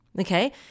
Okay